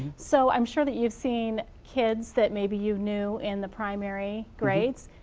so, i'm sure that you've seen kids that maybe you knew in the primary grades?